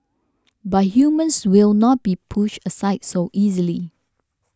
but humans will not be pushed aside so easily